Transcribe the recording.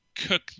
Cook